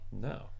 No